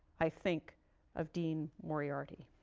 i think of dean moriarty.